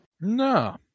No